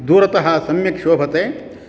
दूरतः सम्यक् शोभते